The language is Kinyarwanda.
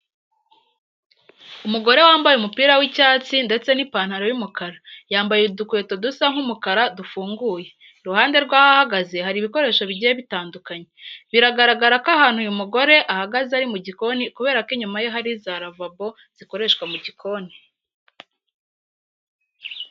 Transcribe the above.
Umugore wambaye umupira w'icyatsi ndetse n'ipantaro y'umukara, yambaye udukweto dusa nk'umukara dufunguye, iruhande rwaho ahagaze hari ibikoresho bigiye bitandukanye. Biragaragara ko ahantu uyu mugore ahagaze ari mu gikoni kubera ko inyuma ye hari za ravabo zikoreshwa mu gikoni.